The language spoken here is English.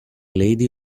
lady